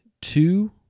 two